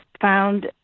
found